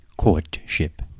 Courtship